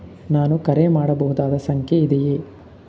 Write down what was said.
ನಾನು ಕರೆ ಮಾಡಬಹುದಾದ ಸಂಖ್ಯೆ ಇದೆಯೇ?